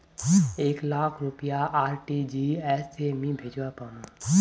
एक लाख रुपया आर.टी.जी.एस से मी भेजवा पामु की